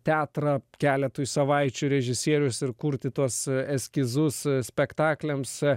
teatrą keletui savaičių režisierius ir kurti tuos eskizus spektakliams